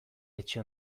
etxe